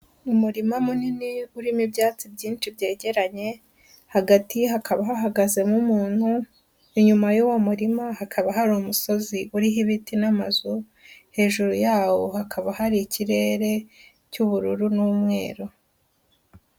Umurima munini urimo ibyatsi byinshi byegeranye, hagati hakaba hahagazemo umuntu, inyuma y'uwo murima hakaba hari umusozi uriho ibiti n'amazu, hejuru yawo hakaba hari ikirere cy'ubururu n'umweru.